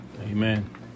Amen